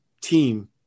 team